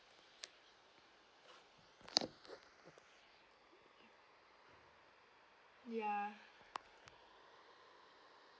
ya